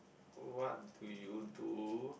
what do you do